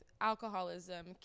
alcoholism